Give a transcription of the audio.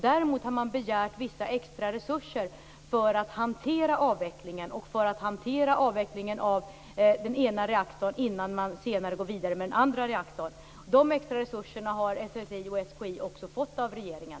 Däremot har de begärt vissa extra resurser för att hantera avvecklingen, och för att hantera avvecklingen av den ena reaktorn innan man senare går vidare med den andra. De extra resurserna har SSI och SKI också fått av regeringen.